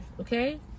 okay